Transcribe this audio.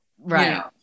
Right